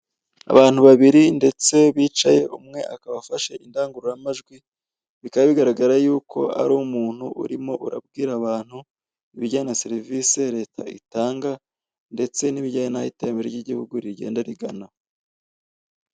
Abantu babiri ndetse bicaye, umwe akaba afashe indangururamajwi bikaba bigaragara yuko ari umuntu urimo urabwira abantu ibijyanye na serivisi leta itanga ndetse nibijyanye naho iterambere ry'igihugu rigenda rigana.